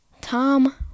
Tom